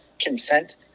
consent